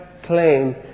Claim